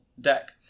deck